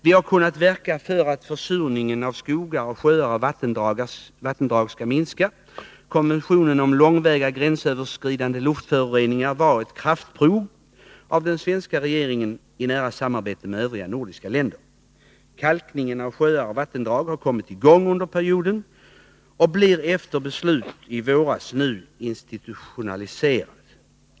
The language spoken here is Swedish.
Vi har kunnat verka för att försurningen av skogar, sjöar och vattendrag skall minska. Konventionen om långväga gränsöverskridande luftföroreningar var ett kraftprov av den svenska regeringen, i nära samarbete med regeringarna i övriga nordiska länder. Kalkningen av sjöar och vattendrag har kommit i gång under perioden och blir, efter beslut i våras, nu institutionaliserad.